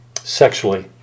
sexually